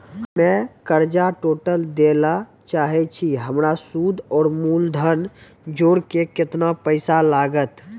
हम्मे कर्जा टोटल दे ला चाहे छी हमर सुद और मूलधन जोर के केतना पैसा लागत?